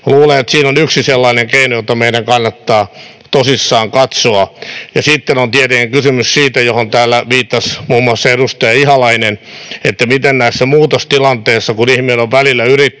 Luulen, että siinä on yksi sellainen keino, jota meidän kannattaa tosissaan katsoa. Ja sitten on tietenkin kysymys siitä, mihin täällä viittasi muun muassa edustaja Ihalainen, miten näissä muutostilanteissa, kun ihminen on välillä yrittäjä,